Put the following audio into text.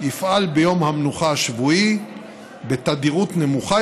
יפעל ביום המנוחה השבועי בתדירות נמוכה